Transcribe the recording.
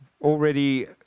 Already